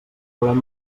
volem